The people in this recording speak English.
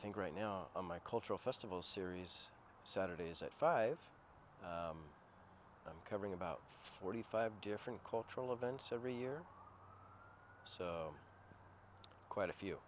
think right now my cultural festival series saturdays at five i'm covering about forty five different cultural events every year so quite a few